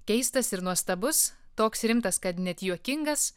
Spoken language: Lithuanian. keistas ir nuostabus toks rimtas kad net juokingas